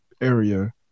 area